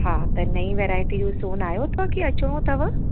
हा त नईं वैराएटी जो सोन आयो अथव की अचिणो अथव